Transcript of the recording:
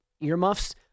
earmuffs